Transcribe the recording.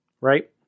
right